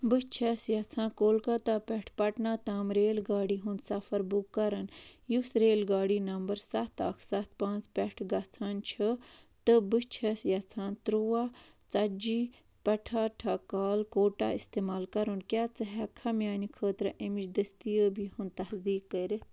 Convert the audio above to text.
بہٕ چھَس یژھان کولکتہ پؠٹھ پٹنہ تام ریل گاڑی ہُنٛد سفر بُک کَرُن یُس ریل گاڑی نمبر سَتھ اَکھ سَتھ پانٛژھ پٮ۪ٹھ گژھان چھُ تہٕ بہٕ چھَس یژھان تُرٛواہ ژتجی پَٹھاٹھا کال کوٹا اِستعمال کرُن کیٛاہ ژٕ ہؠککھا میٛانہِ خٲطرٕ اَمِچ دٔستیٲبی ہُنٛد تصدیٖق کٔرِتھ